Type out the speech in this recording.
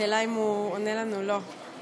השאלה אם הוא עונה לנו או לא.